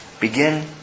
Begin